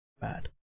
Bad